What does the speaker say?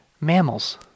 mammals